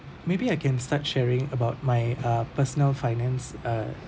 maybe I can start sharing about my uh personal finance uh